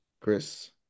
Chris